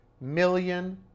million